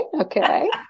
Okay